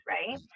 Right